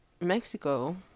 mexico